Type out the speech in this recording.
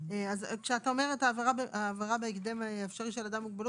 כשאת אומרת "העברה בהקדם האפשרי של אדם עם מוגבלות",